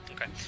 Okay